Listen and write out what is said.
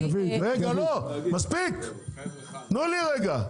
מספיק, תנו לי רגע.